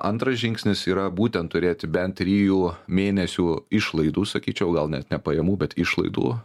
antras žingsnis yra būtent turėti bent trijų mėnesių išlaidų sakyčiau gal net ne pajamų bet išlaidų